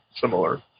similar